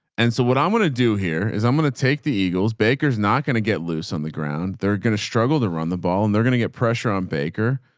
and so what i'm going to do here is i'm going to take the eagles. baker's not going to get loose on the ground. they're going to, so to run the ball and they're going to get pressure on baker.